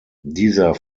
dieser